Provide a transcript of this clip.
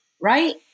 right